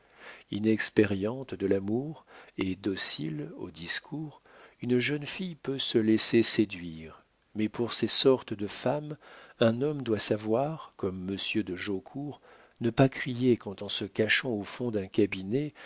inexpériente de l'amour et docile au discours une jeune fille peut se laisser séduire mais pour ces sortes de femmes un homme doit savoir comme monsieur de jaucourt ne pas crier quand en se cachant au fond d'un cabinet